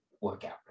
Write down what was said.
workout